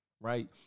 right